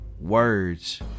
Words